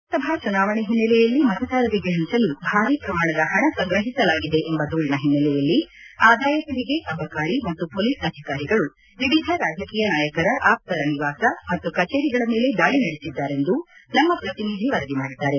ಲೋಕಸಭಾ ಚುನಾವಣೆ ಹಿನ್ನೆಲೆಯಲ್ಲಿ ಮತದಾರರಿಗೆ ಪಂಚಲು ಭಾರೀ ಪ್ರಮಾಣದ ಹಣ ಸಂಗ್ರಹಿಸಲಾಗಿದೆ ಎಂಬ ದೂರಿನ ಹಿನ್ನೆಲೆಯಲ್ಲಿ ಆದಾಯ ತೆರಿಗೆ ಅಬಕಾರಿ ಮತ್ತು ಹೊಲೀಸ್ ಅಧಿಕಾರಿಗಳು ವಿವಿಧ ರಾಜಕೀಯ ನಾಯಕರ ಆಪ್ತರ ನಿವಾಸ ಮತ್ತು ಕಚೇರಿಗಳ ಮೇಲೆ ದಾಳಿ ನಡೆಸಿದ್ದಾರೆಂದು ನಮ್ಮ ಪ್ರತಿನಿಧಿ ವರದಿ ಮಾಡಿದ್ದಾರೆ